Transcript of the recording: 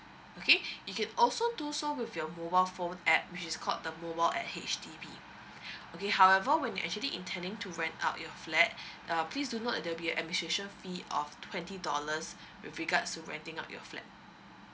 okay you can also do so with your mobile phone app which is called the mobile at H_D_B okay however when you actually intending to rent out your flat uh please do note there'll be a administration fee of twenty dollars with regards to renting out your flat